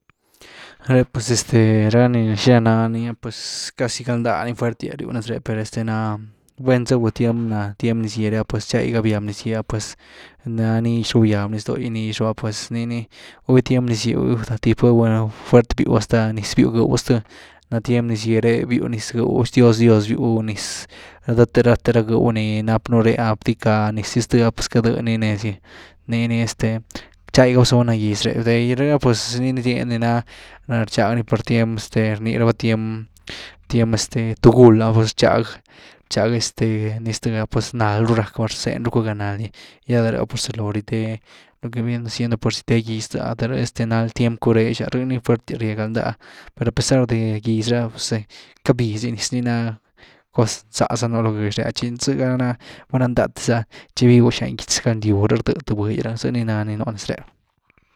Re pues este ra ni xina nani pues casi galndá ni fuertyas ryw nez ré per este ná gwen za gwy tiem na tiem niz-gye re ah pues chai ga byab niz-gye apues na nix ru byab ni ztogy, nix ru ah, pues nii ni tiem nyz gýe hasta tip ga gwyni fuert býw hasta niz byw gëw xty, na tiem niz gye ré byw niz gëw xtios dios byw niz, dhdth rathe ra gëw ni nap nú ré’ah bdycka niz ni ztë pues ckadëd ni nez gy, nii ni este, chaiga bzuni na gyz réh de rh ‘ah pues rhï ni zyeedni naa ni rchag ni pur tiem rni raba, tiem- tiem este tugúl rchag- rchag este ni ztë’ah pues nal ru rack rzeny rucu galnald gy, ya de rhï pues rzalo ryuté lo que viene siendo purzy chuté gyz zthï ah ta rh nald tiempo curex’ah, rh ni fuertyas rye galndá, per a pesar de gyz re’ah pues câty uviz di niz ni ná cos nzá sa nú lo gëx rétchi zegá na valná ndáte za’ah tchi gybigu xan gýag-gytz ngaldyw rhï rdëdy th vhï’y, zyni ná ni nú nes réh.